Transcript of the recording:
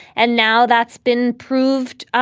and now that's been proved